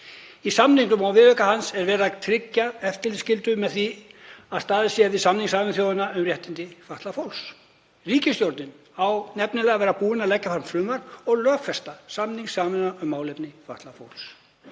Í samningnum og viðauka hans er verið að tryggja eftirlitsskyldu með því að staðið sé við samning Sameinuðu þjóðanna um réttindi fatlaðs fólks. Ríkisstjórnin á nefnilega að vera búin að leggja fram frumvarp og lögfesta samning Sameinuðu þjóðanna um málefni fatlaðs fólks.